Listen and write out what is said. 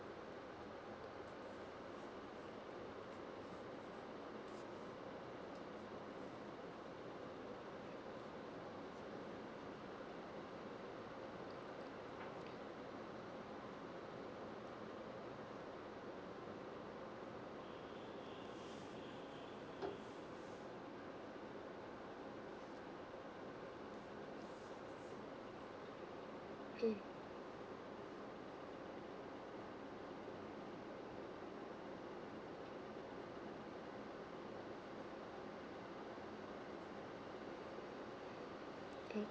mm mm